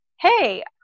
Hey